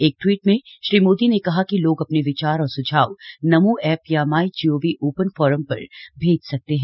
एक ट्वीट में श्री मोदी ने कहा कि लोग अपने विचार और स्झाव नमो ऐप या माई जीओवी ओपन फोरम पर भैज सकते हैं